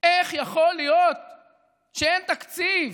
איך יכול להיות שאין תקציב.